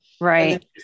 Right